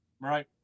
right